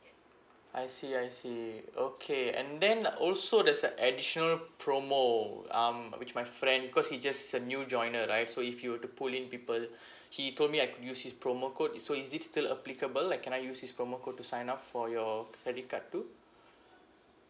I see I see okay and then also there's a additional promo um which my friend because he just he's a new joiner right so if you were to pull in people he told me I can use his promo code so is it still applicable like can I use his promo code to sign up for your credit card too